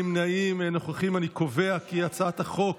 להעביר את הצעת חוק